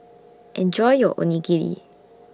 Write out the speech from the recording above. Enjoy your Onigiri